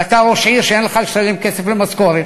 ואתה ראש עיר שאין לו איך לשלם כסף למשכורות,